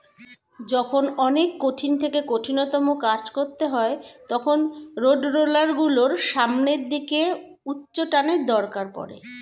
যখন অনেক কঠিন থেকে কঠিনতম কাজ করতে হয় তখন রোডরোলার গুলোর সামনের দিকে উচ্চটানের দরকার পড়ে